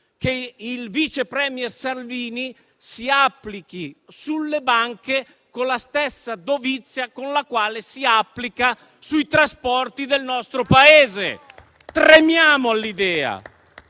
che il vice premier Salvini si applichi sulle banche con la stessa dovizia con la quale si applica sui trasporti del nostro Paese.